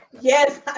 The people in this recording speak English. Yes